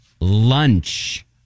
lunch